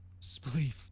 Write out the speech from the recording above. Spleef